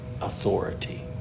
authority